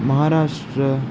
Maharashtra